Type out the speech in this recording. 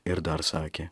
ir dar sakė